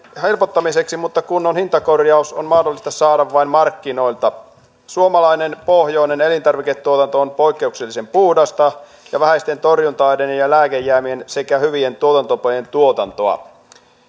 helpottamiseksi mutta kunnon hintakorjaus on mahdollista saada vain markkinoilta suomalainen pohjoinen elintarviketuotanto on poikkeuksellisen puhdasta ja vähäisten torjunta aineiden ja lääkejäämien sekä hyvin tuotantotapojen tuotantoa